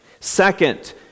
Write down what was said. Second